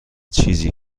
چیزی